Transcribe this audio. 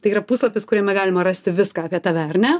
tai yra puslapis kuriame galima rasti viską apie tave ar ne